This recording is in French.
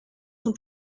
son